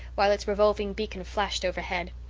while its revolving beacon flashed overhead.